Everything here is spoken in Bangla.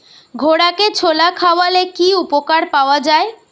ঘোড়াকে ছোলা খাওয়ালে কি উপকার পাওয়া যায়?